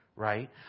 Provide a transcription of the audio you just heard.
Right